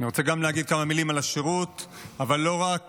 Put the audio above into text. אבל לא רק